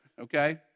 okay